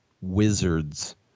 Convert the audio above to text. Wizards